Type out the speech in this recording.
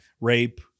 rape